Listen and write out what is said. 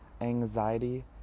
anxiety